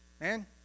Man